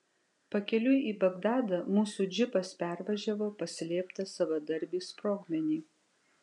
pakeliui į bagdadą mūsų džipas pervažiavo paslėptą savadarbį sprogmenį